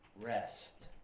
Rest